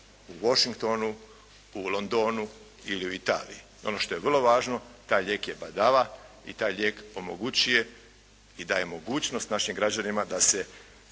u Washingtonu, u Londonu ili u Italiji. Ono što je vrlo važno, taj lijek je badava i taj lijek omogućuje i daje mogućnost našim građanima da se